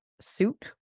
suit